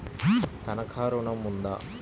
తనఖా ఋణం ఉందా?